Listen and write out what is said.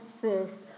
first